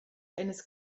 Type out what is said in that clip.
eines